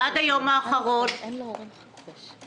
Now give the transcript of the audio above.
אין להורים חופש.